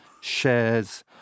shares